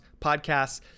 podcasts